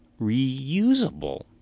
reusable